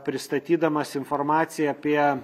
pristatydamas informaciją apie